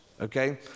okay